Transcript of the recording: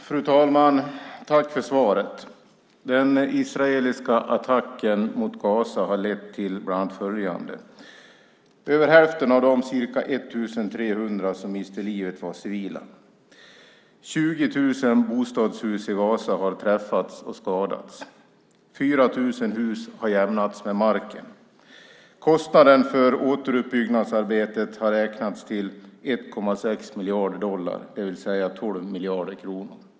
Fru talman! Tack för svaret! Den israeliska attacken mot Gaza har lett till bland annat följande. Över hälften av de ca 1 300 som miste livet var civila. 20 000 bostadshus i Gaza har träffats och skadats. 4 000 hus har jämnats med marken. Kostnaden för återuppbyggnadsarbetet har beräknats till 1,6 miljarder dollar, det vill säga 12 miljarder kronor.